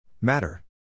Matter